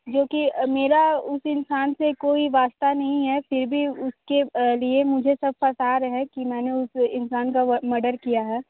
जो कि मेरा उस इंसान से कोई वास्ता नहीं है फिर भी उसके लिए मुझे सब फंसा रहे हैं कि मैंने उस इंसान का मर्डर किया हैं